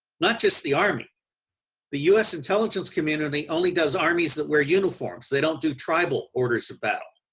not just the army the u s. intelligence community only does armies that where uniforms they don't do tribal orders of battle.